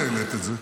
את העלית את זה.